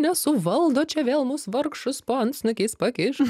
nesuvaldo čia vėl mus vargšus po antsnukiais pakiš